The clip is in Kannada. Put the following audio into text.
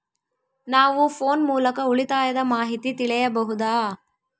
ನಾವು ಫೋನ್ ಮೂಲಕ ಉಳಿತಾಯದ ಮಾಹಿತಿ ತಿಳಿಯಬಹುದಾ?